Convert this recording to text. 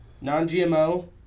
non-GMO